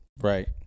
Right